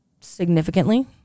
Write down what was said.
significantly